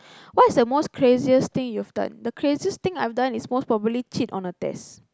what's the most craziest thing you've done the craziest thing I've is most probably cheat on a test